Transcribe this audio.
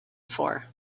for